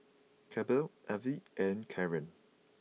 Kelby Levie and Karen